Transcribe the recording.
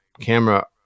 camera